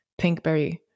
pinkberry